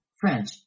French